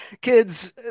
kids